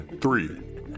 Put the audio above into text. Three